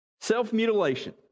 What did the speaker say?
Self-mutilation